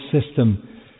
system